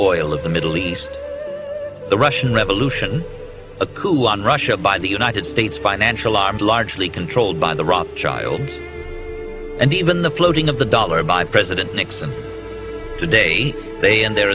oil of the middle east the russian revolution a coup on russia by the united states financial arms largely controlled by the rothschilds and even the floating of the dollar by president nixon today they and their